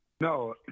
no